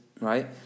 right